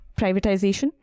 privatization